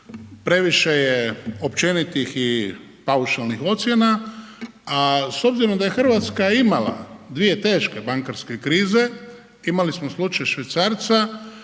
previše je općenitih i paušalnih ocjena, a s obzirom da je Hrvatska imala dvije teške bankarske krize, imali smo slučaj švicarca